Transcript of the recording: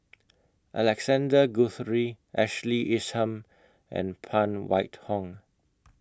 Alexander Guthrie Ashley Isham and Phan White Hong